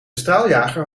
straaljager